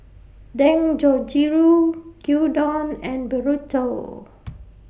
Dangojiru Gyudon and Burrito